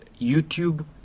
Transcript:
youtube